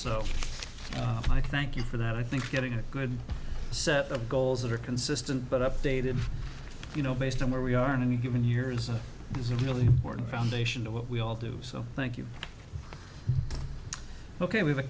so i thank you for that i think getting a good set of goals that are consistent but updated you know based on where we are in any given year's is a really important foundation to what we all do so thank you ok we have a